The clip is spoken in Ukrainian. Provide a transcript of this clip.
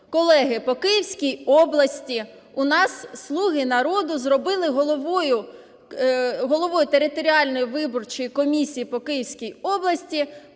колеги, по Київській області. У нас "Слуги народу" зробили головою територіальної виборчої комісії по Київській області